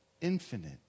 Infinite